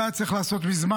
זה היה צריך להיעשות מזמן.